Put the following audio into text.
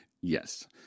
Yes